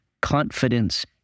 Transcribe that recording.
confidence